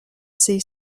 sea